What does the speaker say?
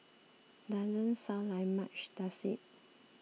doesn't sound like much does it